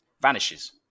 vanishes